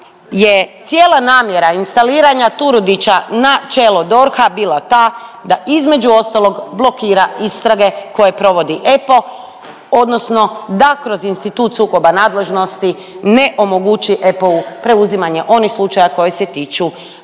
je cijela namjera instaliranja Turudića da čelo DORH-a bila ta da između ostalog blokira istrage koje provodi EPO odnosno da kroz institut sukoba nadležnosti, ne omogući EPO-u preuzimanje onih slučaja koji se tiču